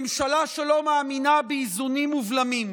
ממשלה שלא מאמינה באיזונים ובלמים,